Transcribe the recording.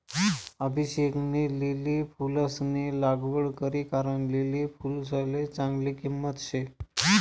अभिषेकनी लिली फुलंसनी लागवड करी कारण लिली फुलसले चांगली किंमत शे